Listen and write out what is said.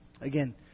Again